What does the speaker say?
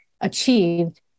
achieved